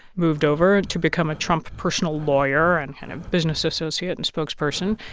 moved over to become a trump personal lawyer and kind of business associate and spokesperson.